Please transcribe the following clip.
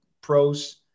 pros